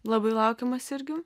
labai laukiamas irgi